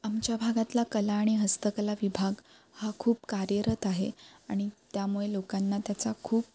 आमच्या भागातला कला आणि हस्तकला विभाग हा खूप कार्यरत आहे आणि त्यामुळे लोकांना त्याचा खूप